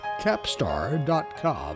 Capstar.com